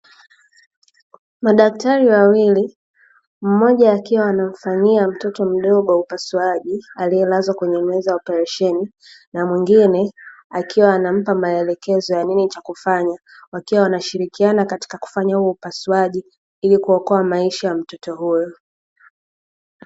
Madaktari wawili Mmoja akiwa anamfanyi mtoto mdogo upasuaji, alielazwa kwenye meza ya oparesheni na mwingine akiwa anampa maelekezo ya nini cha kufanya, wakiwa wanashirikiana katika kufanya huo upasuaji ili kuokoa maisha ya mtoto huyo.